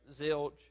zilch